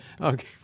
Okay